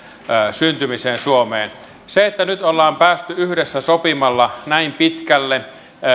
syntymiseen suomeen se että nyt ollaan päästy yhdessä sopimalla näin pitkälle